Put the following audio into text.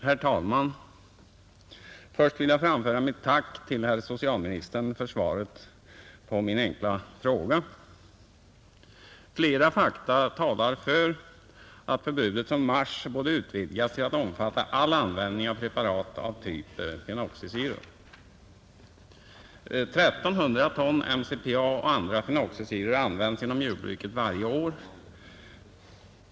Herr talman! Först vill jag framföra mitt tack till herr socialministern för svaret på min enkla fråga. Flera fakta talar för att förbudet från mars borde utvidgas till att omfatta all användning av preparat av typ fenoxisyror. 1300 ton MCPA och andra fenoxisyror används inom jordbruket varje år.